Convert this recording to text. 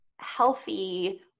healthy